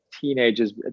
teenagers